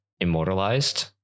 immortalized